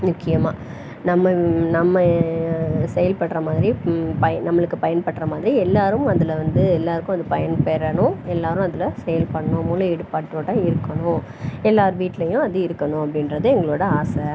முக்கியமாக நம்ம நம்ம செயல்படுற மாதிரி பய நம்மளுக்கு பயன்படுற மாதிரி எல்லோரும் அதில் வந்து எல்லோருக்கும் அது பயன் பெறணும் எல்லொரும் அதில் செயல்படணும் முழு ஈடுபாட்டோடு இருக்கணும் எல்லோர் வீட்டிலையும் அது இருக்கணும் அப்படின்றது எங்களோடய ஆசை